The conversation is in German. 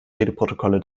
redeprotokolle